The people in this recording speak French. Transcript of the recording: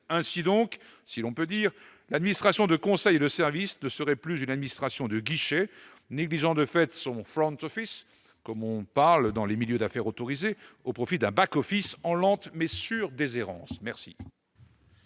ainsi donc, si l'on peut dire, l'administration de conseil, de service ne serait plus une administration de guichet négligent de fête son flanc de Sophie comme on parle dans les milieux d'affaires autorisé au profit d'un Back office en lente mais sûre des errances